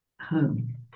home